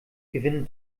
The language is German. gewinnen